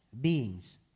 beings